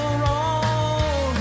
wrong